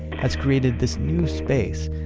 has created this new space,